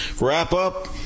wrap-up